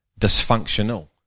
dysfunctional